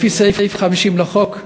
לפי סעיף 50 לחוק,